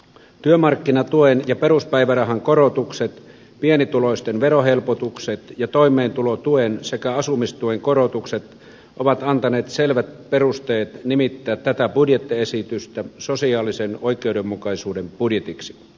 työmarkkinatuen ja peruspäivärahan korotukset pienituloisten verohelpotukset ja toimeentulotuen sekä asumistuen korotukset ovat antaneet selvät perusteet nimittää tätä budjettiesitystä sosiaalisen oikeudenmukaisuuden budjetiksi